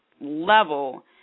level